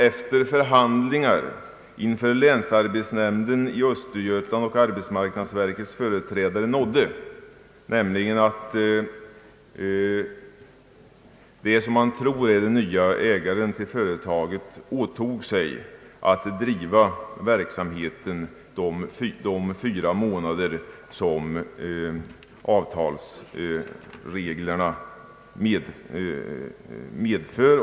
Efter förhandlingar inför länsarbetsnämnden i Östergötland och arbetsmarknadsverkets företrädare nådde man resultatet att den som man tror är den nye ägaren till företaget åtog sig att driva verksamheten de fyra månader som avtalsreglerna föreskriver.